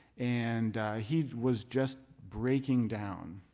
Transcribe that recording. and he was just breaking down,